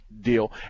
deal